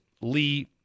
Lee